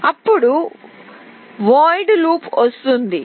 అప్పుడు శూన్య లూప్ వస్తుంది